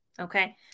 Okay